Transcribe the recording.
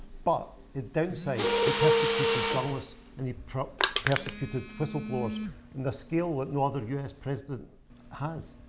but his downside, he prosecuted journalists and he prosecuted whistleblowers in the scale that no other us president has.